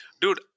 dude